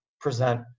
present